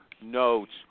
notes